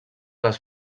les